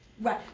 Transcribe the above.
Right